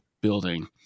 building